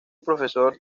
profesor